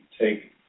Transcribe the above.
take